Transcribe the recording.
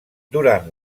durant